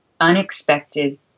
unexpected